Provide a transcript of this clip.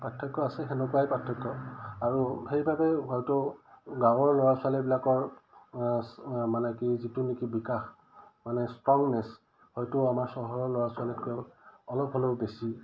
পাৰ্থক্য আছে তেনেকুৱাই পাৰ্থক্য আৰু সেইবাবে হয়তো গাঁৱৰ ল'ৰা ছোৱালীবিলাকৰ মানে কি যিটো নেকি বিকাশ মানে ষ্ট্ৰংনেছ হয়তো আমাৰ চহৰৰ ল'ৰা ছোৱালীতকৈ অলপ অলপ হ'লেও বেছি